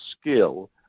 skill